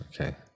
okay